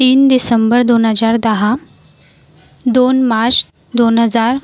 तीन दिसंबर दोन हजार दहा दोन माश दोन हजार